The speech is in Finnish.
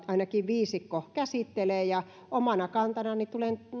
ainakin viisikko tätä asiaa käsittelee ja omana kantanani